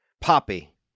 poppy